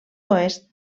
oest